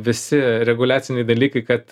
visi reguliaciniai dalykai kad